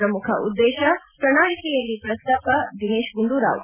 ಪ್ರಮುಖ ಉದ್ದೇಶ ಪ್ರಣಾಳಿಕೆಯಲ್ಲಿ ಪ್ರಸ್ತಾಪ ದಿನೇಶ್ ಗುಂಡೂರಾವ್